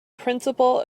principle